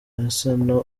arsenal